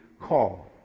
call